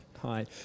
Hi